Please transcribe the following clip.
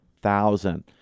thousand